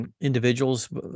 Individuals